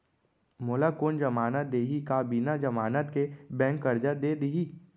मोला कोन जमानत देहि का बिना जमानत के बैंक करजा दे दिही?